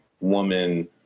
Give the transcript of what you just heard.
woman